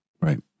Right